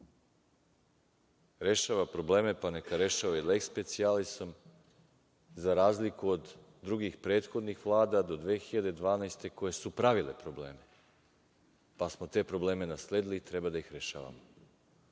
Rešava probleme, pa neka rešava i leks specijalisom, za razliku od drugih prethodnih Vlada do 2012. godine koje su pravile probleme, pa smo te probleme nasledili i treba da ih rešavamo. Znate